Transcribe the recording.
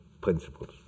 principles